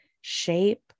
shape